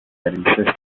insisted